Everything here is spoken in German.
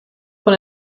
von